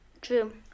True